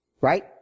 Right